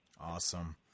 Awesome